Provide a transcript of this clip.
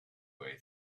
way